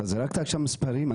אתה זרקת שם מספרים,